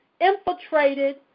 infiltrated